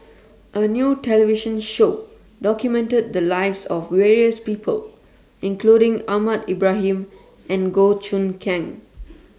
A New television Show documented The Lives of various People including Ahmad Ibrahim and Goh Choon Kang